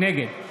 נגד